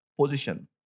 position